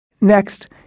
Next